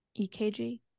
EKG